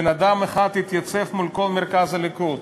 בן-אדם אחד התייצב מול כל מרכז הליכוד,